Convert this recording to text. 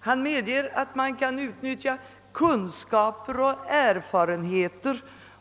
Han medger att man kan utnyttja kunskaper och erfarenheter